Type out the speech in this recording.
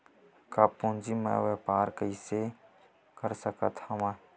कम पूंजी म व्यापार कइसे कर सकत हव?